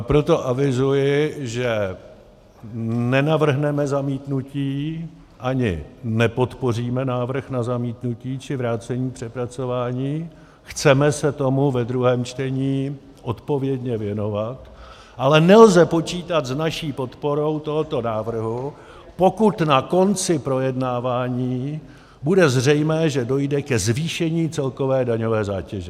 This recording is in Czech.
Proto avizuji, že nenavrhneme zamítnutí a ani nepodpoříme návrh na zamítnutí či vrácení k přepracování, chceme se tomu ve druhém čtení odpovědně věnovat, ale nelze počítat s naší podporou tohoto návrhu, pokud na konci projednávání bude zřejmé, že dojde ke zvýšení celkové daňové zátěže.